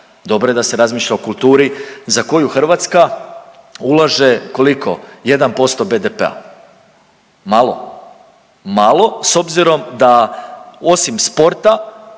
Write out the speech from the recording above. dobro je da se razmišlja o kulturi za koju Hrvatska ulaže koliko, 1% BDP-a. Malo? Malo, s obzirom da osim sporta